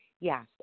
yes